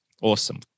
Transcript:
Awesome